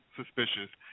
suspicious